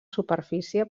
superfície